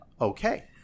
Okay